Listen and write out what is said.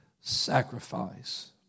sacrifice